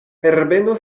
herbeno